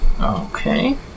Okay